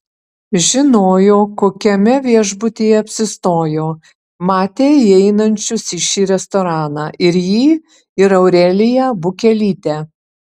žinojo kokiame viešbutyje apsistojo matė įeinančius į šį restoraną ir jį ir aureliją bukelytę